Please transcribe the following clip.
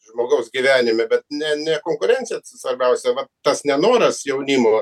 žmogaus gyvenime bet ne ne konkurencija svarbiausia va tas nenoras jaunimo